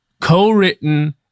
co-written